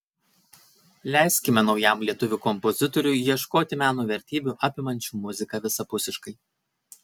leiskime naujam lietuvių kompozitoriui ieškoti meno vertybių apimančių muziką visapusiškai